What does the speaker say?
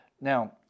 Now